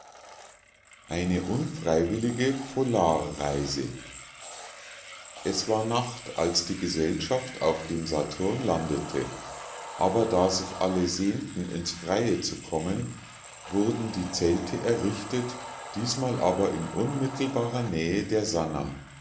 eine unfreiwillige polarreise es war nacht als die gesellschaft auf dem saturn landete aber da sich alle sehnten ins freie zu kommen wurden die zelte errichtet diesmal aber in unmittelbarer nähe der sannah